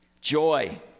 joy